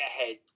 ahead